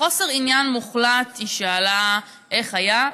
בחוסר עניין מוחלט היא שאלה איך היה,